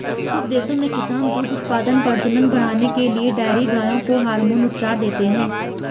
कुछ देशों में किसान दूध उत्पादन, प्रजनन बढ़ाने के लिए डेयरी गायों को हार्मोन उपचार देते हैं